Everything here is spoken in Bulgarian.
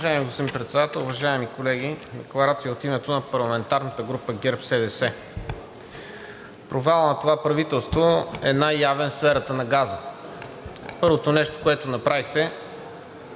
Първото нещо, което направихте,